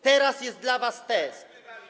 Teraz jest dla was test.